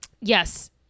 Yes